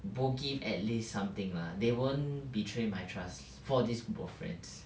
both give at least something lah they won't betray my trust for this group of friends